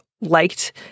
liked